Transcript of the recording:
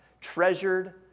treasured